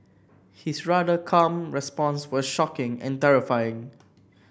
his rather calm response was shocking and terrifying